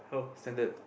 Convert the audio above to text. standard